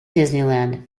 disneyland